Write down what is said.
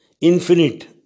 infinite